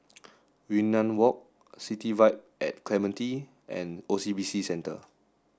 Yunnan Walk City Vibe at Clementi and O C B C Centre